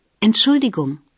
entschuldigung